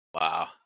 wow